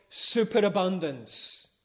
superabundance